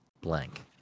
blank